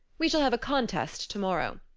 we shall have a contest tomorrow.